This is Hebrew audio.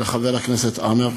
לחבר הכנסת עמאר.